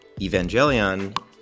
Evangelion